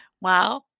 Wow